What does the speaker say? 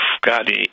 God